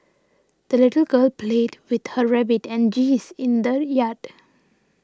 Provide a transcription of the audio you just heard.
the little girl played with her rabbit and geese in the yard